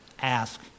ask